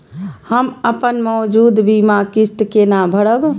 हम अपन मौजूद बीमा किस्त केना भरब?